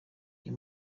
iyi